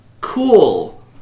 Cool